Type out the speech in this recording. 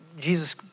Jesus